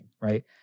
right